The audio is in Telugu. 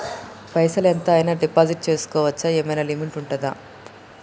పైసల్ ఎంత అయినా డిపాజిట్ చేస్కోవచ్చా? ఏమైనా లిమిట్ ఉంటదా?